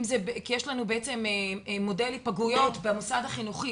כי יש לנו מודל היפגעויות במוסד החינוכי.